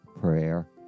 prayer